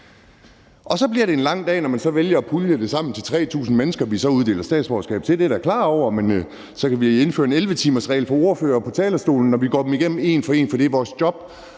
Og så bliver det en lang dag, når man vælger at pulje det sammen til 3.000 mennesker, som vi så uddeler statsborgerskab til. Det er jeg da klar over. Men så kan vi indføre en 11-timersregel for ordførere på talerstolen, når vi går dem igennem en for en, for det er vores job.